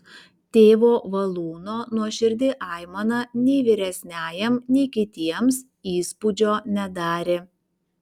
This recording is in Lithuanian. tėvo valūno nuoširdi aimana nei vyresniajam nei kitiems įspūdžio nedarė